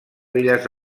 belles